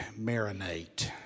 marinate